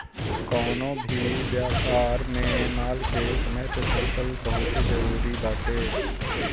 कवनो भी व्यापार में माल के समय पे पहुंचल बहुते जरुरी बाटे